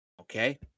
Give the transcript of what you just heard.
Okay